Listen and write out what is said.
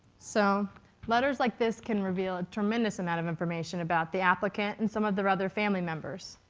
so letters like this can reveal a tremendous amount of information about the applicant and some of their other family members.